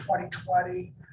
2020